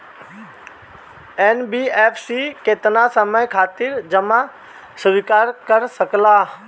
NBFC केतना समयावधि खातिर जमा स्वीकार कर सकला?